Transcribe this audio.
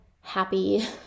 happy